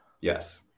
Yes